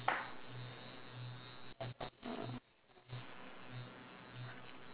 uh